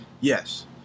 Yes